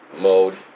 mode